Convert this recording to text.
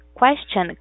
question